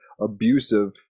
abusive